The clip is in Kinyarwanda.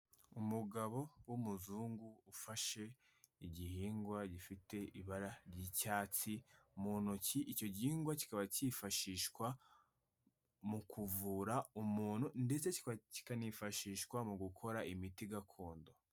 Umugabo w'umuzungu, ufashe igihingwa gifite ibara ry'icyatsi mu ntoki, icyo gihingwa kikaba cyifashishwa mu kuvura umuntu, ndetse kikanifashishwa mu gukora imiti gakondo.